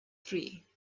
three